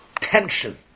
tension